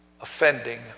offending